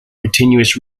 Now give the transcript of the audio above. continuous